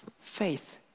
faith